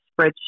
spreadsheet